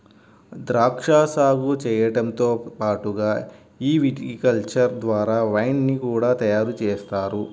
ద్రాక్షా సాగు చేయడంతో పాటుగా ఈ విటికల్చర్ ద్వారా వైన్ ని కూడా తయారుజేస్తారు